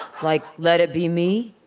like let it be me,